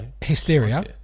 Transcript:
Hysteria